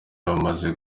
bamaze